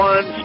One